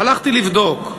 הלכתי לבדוק.